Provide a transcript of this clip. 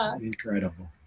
incredible